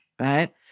right